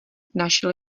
našel